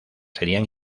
serían